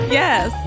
yes